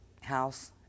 house